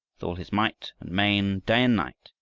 with all his might and main, day and night,